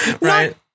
Right